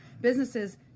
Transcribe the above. businesses